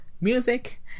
music